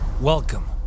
welcome